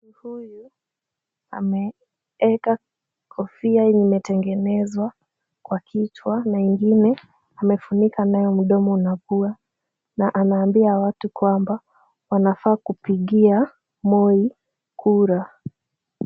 Mtu huyu ameweka kofia yenye imetengenezwa kwa kichwa na ingine amefunika nayo mdomo na pua na anaambia watu kwamba wanafaa kupigia Moi kura.